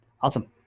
Awesome